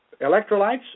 Electrolytes